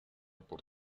por